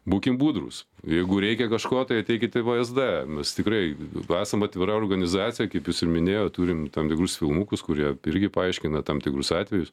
būkim budrūs jeigu reikia kažko tai ateikit į vsd mes tikrai esam atvira organizacija kaip jūs ir minėjot turim tam tikrus filmukus kurie irgi paaiškina tam tikrus atvejus